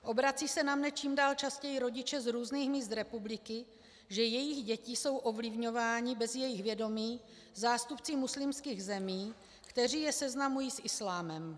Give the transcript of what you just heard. Obrací se na mě čím dál častěji rodiče z různých míst republiky, že jejich děti jsou ovlivňovány bez jejich vědomí zástupci muslimských zemí, kteří je seznamují s islámem.